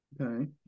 Okay